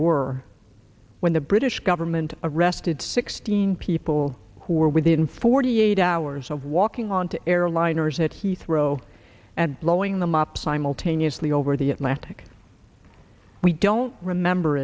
were when the british government arrested sixteen people who were within forty eight hours of walking on to airliners at heathrow and blowing them up simultaneously over the atlantic we don't remember